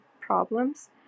problems